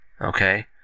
okay